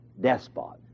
despot